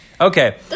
Okay